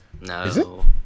No